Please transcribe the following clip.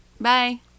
Bye